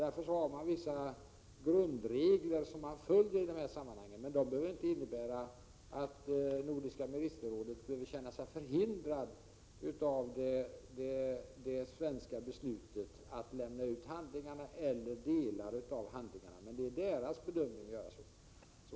Därför finns det vissa grundregler som följs i dessa sammanhang, men de behöver inte innebära att Nordiska ministerrådet skall känna sig förhindrat av det svenska beslutet att lämna ut handlingarna eller delar av dem. Den bedömningen får rådet självt göra.